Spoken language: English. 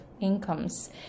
incomes